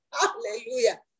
Hallelujah